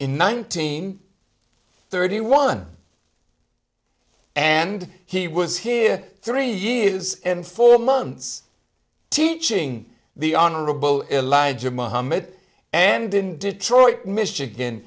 in nineteen thirty one and he was here three years and four months teaching the honorable elijah mohammed and in detroit michigan